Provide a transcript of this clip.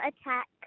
attack